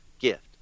gift